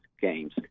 games